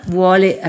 vuole